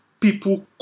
people